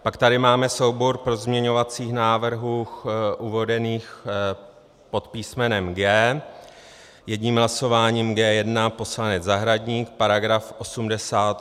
Pak tady máme soubor pozměňovacích návrhů uvedených pod písmenem G. Jedním hlasováním G1, poslanec Zahradník, § 88 písm.